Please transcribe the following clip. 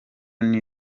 new